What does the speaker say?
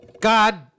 God